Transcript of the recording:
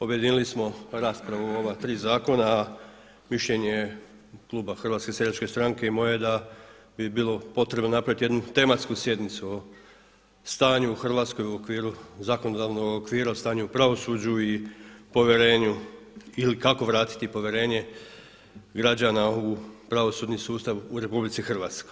Objedinili smo raspravu o ova tri zakona a mišljenje je kluba HSS-a i moje je da bi bilo potrebno napraviti jednu tematsku sjednicu o stanju u Hrvatskoj u okviru zakonodavnog okvira o stanju u pravosuđu i povjerenju ili kako vratiti povjerenje građana u pravosudni sustav u RH.